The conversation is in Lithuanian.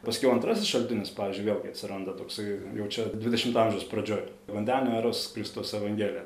paskiau antrasis šaltinis pavyzdžiui vėlgi atsiranda toksai jau čia dvidešimto amžiaus pradžioj vandenio eros kristaus evangelija